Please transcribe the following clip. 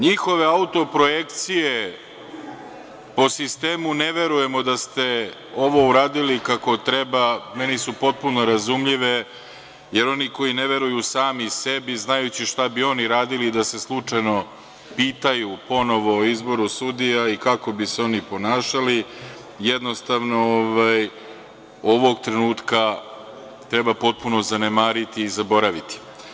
Njihove autoprojekcije po sistemu: „ne verujemo da ste ovo uradili kako treba“ meni su potpuno razumljive jer oni koji ne veruju sami sebi, znajući šta bi oni radili da se slučajno pitanju ponovo o izboru sudija i kako bi se oni ponašali, jednostavno ovog trenutka treba potpuno zanemariti i zaboraviti.